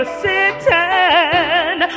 sitting